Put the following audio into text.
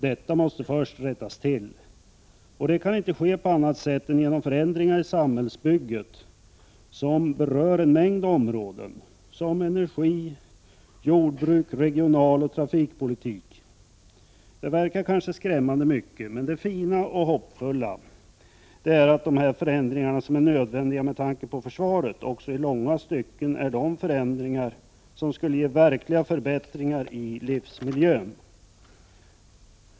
Detta måste rättas till först av allt, och det kan inte ske på annat sätt än genom förändringar i samhällsbygget, som berör en mängd områden såsom energi-, jordbruks-, regionaloch trafikpolitik. Det verkar kanske skrämmande mycket, men det fina och hoppingivande är att de förändringar som är nödvändiga med tanke 13 på försvaret också i långa stycken är de förändringar som skulle ge verkliga förbättringar i livsmiljön.